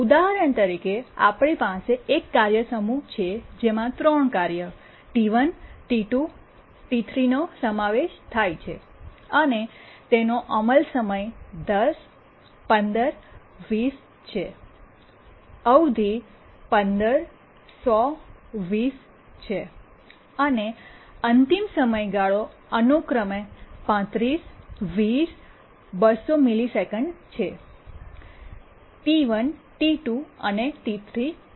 ઉદાહરણ તરીકે આપણી પાસે એક કાર્ય સમૂહ છે જેમાં ૩ કાર્ય T1 T one T2 T two T3 T three નો સમાવેશ થાય છે અને તેનો અમલ સમય 10 15 20 છે અવધિ 1510020 છે અને અંતિમ સમયગાળો અનુક્રમે 3520200 મિલિસેકન્ડ છે T1 T one T2 T two T3 T three માટે